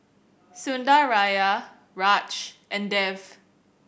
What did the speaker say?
Sundaraiah Raj and Dev